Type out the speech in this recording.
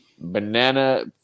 Banana